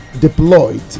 deployed